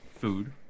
food